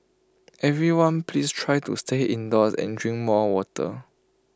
everyone please try to stay indoors and drink more water